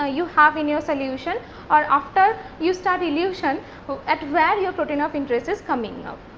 ah you have in your solution or after you start elution at where your protein of interest is coming out.